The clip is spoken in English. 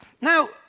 Now